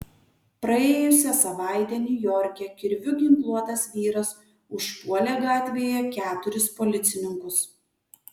praėjusią savaitę niujorke kirviu ginkluotas vyras užpuolė gatvėje keturis policininkus